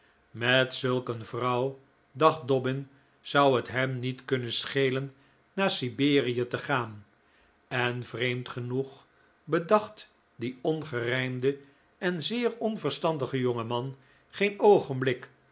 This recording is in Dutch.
met zulk een vrouw dacht dobbin zou het hem niet kunnen schelen naar siberie te gaan en vreemd genoeg bedacht die ongerijmde en zeer onverstandige jonge man geen oogenblik